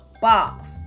Box